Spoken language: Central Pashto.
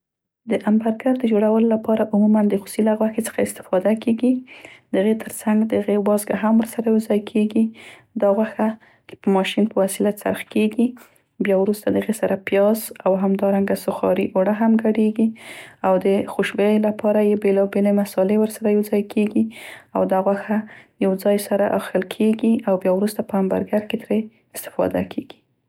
د همبرګر د جوړولو لپاره عموماً د خوسي له غوښې څخه استفاده کیګي، د هغې تر څنګ د هغې وازګه هم ورسره یو ځای کیګي. دا غوښه ماشین په وسیله څرخ کیګي. بیا وروسته د هغې سره پیازه او سوخاري اوړه هم ګډيږي او د خوشبویۍ لپاره یې بیلابیلې مسالې ورسره یو ځای کیګي، او دا غوښه یو ځای سره اخښل کیګي اوبیا وروسته په همبرګر کې ترې استفاده کیګي.